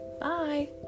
bye